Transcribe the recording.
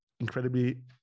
incredibly